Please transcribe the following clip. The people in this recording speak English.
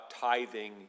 tithing